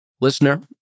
Listener